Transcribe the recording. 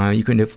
ah you can,